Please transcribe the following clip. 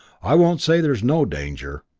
i won't say there's no danger,